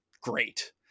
great